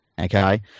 okay